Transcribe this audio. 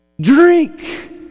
Drink